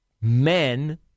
men